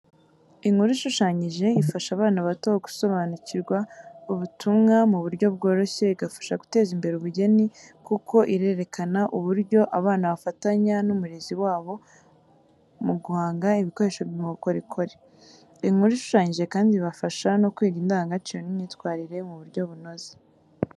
Inkuru ishushanyije ifasha abana bato gusobanukirwa ubutumwa mu buryo bworoshye, igafasha guteza imbere ubugeni kuko irerekana uburyo abana bafatanya n'umurezi wabo mu guhanga ibikoresho mu bukorikori. Inkuru ishushanyije kandi ibafasha no kwiga indangagaciro n’imyitwarire mu buryo bunoze.